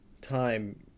time